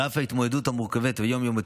על אף ההתמודדות המורכבת והיום-יומית